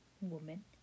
woman